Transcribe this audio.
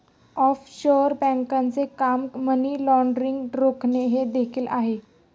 offshore बँकांचे काम money laundering रोखणे हे देखील आहे